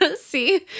See